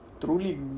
Truly